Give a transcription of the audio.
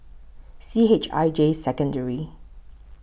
C H I J Secondary